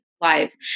lives